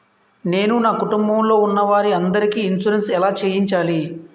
నేను నా కుటుంబం లొ ఉన్న వారి అందరికి ఇన్సురెన్స్ ఎలా చేయించాలి?